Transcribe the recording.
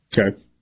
Okay